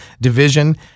division